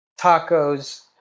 tacos